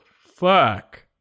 fuck